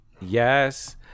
Yes